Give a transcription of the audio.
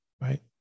right